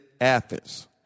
Athens